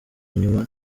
inyuma